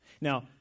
Now